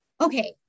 okay